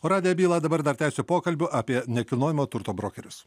o radijo bylą dabar dar tęsiu pokalbiu apie nekilnojamo turto brokerius